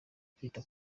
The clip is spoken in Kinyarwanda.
kwita